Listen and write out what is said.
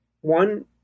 One